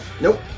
Nope